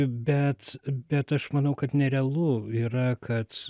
bet bet aš manau kad nerealu yra kad